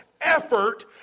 effort